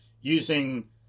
using